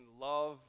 love